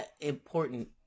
important